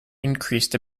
increased